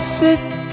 sit